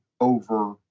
over